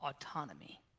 autonomy